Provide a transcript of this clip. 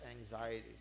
anxiety